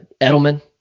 Edelman